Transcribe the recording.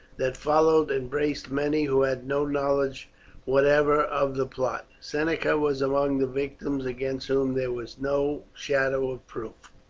that followed embraced many who had no knowledge whatever of the plot. seneca was among the victims against whom there was no shadow of proof.